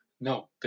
No